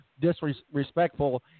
disrespectful